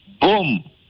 Boom